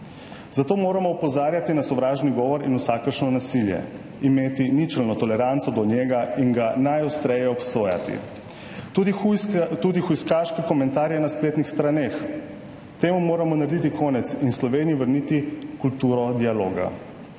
Zato moramo opozarjati na sovražni govor in vsakršno nasilje, imeti ničelno toleranco do njega in ga najostreje obsojati, tudi hujskaške komentarje na spletnih straneh. Temu moramo narediti konec in v Sloveniji vrniti kulturo dialoga.